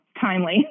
timely